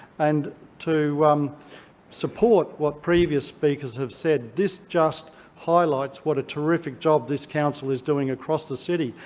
and to support what previous speakers have said, this just highlights what a terrific job this council is doing across the city,